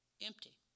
empty